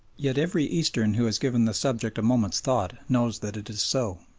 yet every eastern who has given the subject a moment's thought knows that it is so.